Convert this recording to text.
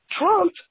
Trump